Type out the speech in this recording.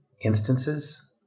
instances